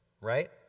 right